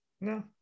No